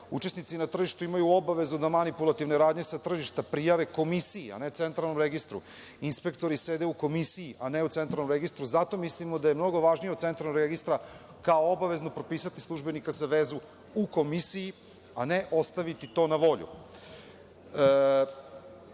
nadzor. Učesnici na tržištu imaju obavezu da manipulativne radnje sa tržišta prijave komisiji, a ne Centralnom registru. Inspektori sede u komisiji, a ne u Centralnom registru. Zato mislimo da je mnogo važnije od Centralnog registra kao obavezno propisati službenika za vezu u komisiji, a ne ostaviti to na